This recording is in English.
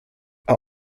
are